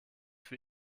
für